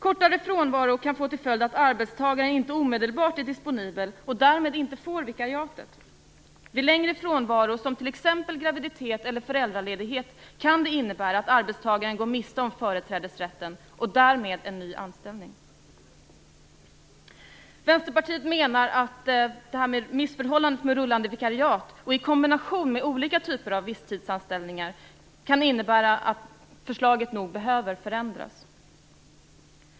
Kortare frånvaro kan få till följd att arbetstagare inte omedelbart är disponibel och därmed inte får vikariatet. Vid längre frånvaro som t.ex. graviditet eller föräldraledighet kan det innebära att arbetstagaren går miste om företrädesrätten och därmed en ny anställning. Vänsterpartiet menar att missförhållandet med rullande vikariat i kombination med olika typer av visstidsanställningar kan innebära att förslaget nog behöver förändras.